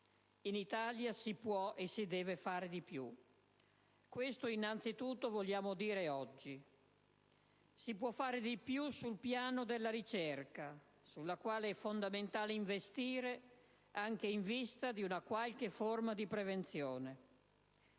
In Italia si può e si deve fare di più. Questo innanzitutto è ciò che vogliamo dire oggi. Si può fare di più sul piano della ricerca, sulla quale è fondamentale investire, anche in vista di una qualche forma di prevenzione.